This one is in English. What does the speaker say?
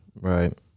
Right